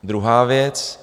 Druhá věc.